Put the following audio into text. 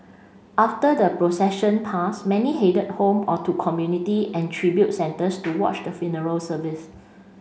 after the procession pass many headed home or to community and tribute centres to watch the funeral service